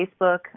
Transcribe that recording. Facebook